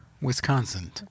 Wisconsin